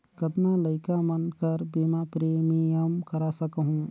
कतना लइका मन कर बीमा प्रीमियम करा सकहुं?